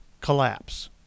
collapse